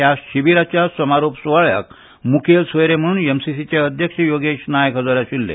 ह्या शिबिराच्या समारोप सुवाळ्याक मुखेल सोयरे म्हणून एमसीसीचे अध्यक्ष योगेश नायक हाजीर आशिल्ले